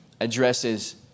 addresses